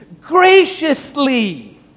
graciously